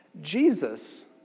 Jesus